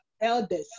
elders